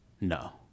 No